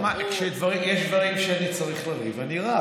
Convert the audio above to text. כשיש דברים שאני צריך לריב, אני רב.